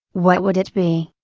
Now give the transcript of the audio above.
what would it be?